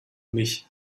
mich